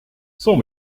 sans